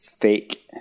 fake